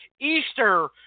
Easter